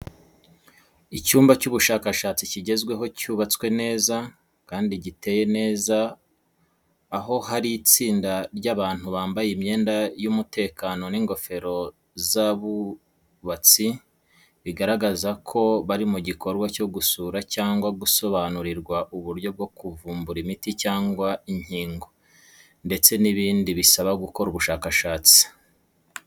Icyumba cy'ubushakashatsi kigezweho cyubatswe neza, kandi giteye neza aho hari itsinda ry’abantu bambaye imyenda y’umutekano n’ingofero z’abubatsi, bigaragaza ko bari mu gikorwa cyo gusura cyangwa gusobanurirwa uburyo bwo kuvumbura imiti cyanga inkingo ndetse n'ibindi bisaba gukora ubushakashatsi.